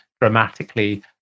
dramatically